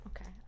Okay